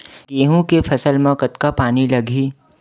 गेहूं के फसल म कतका पानी लगही?